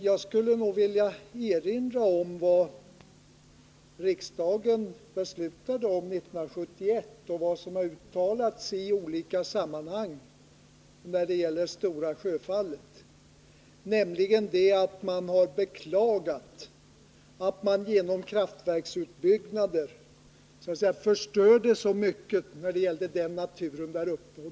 Jag vill erinra om vad riksdagen beslutade 1971 och vad som har uttalats i olika sammanhang när det gäller Stora Sjöfallet, nämligen att man har beklagat att man genom kraftverksutbyggnaden låt mig säga förstörde så mycket av naturen.